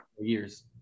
years